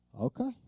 okay